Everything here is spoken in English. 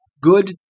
good